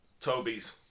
Toby's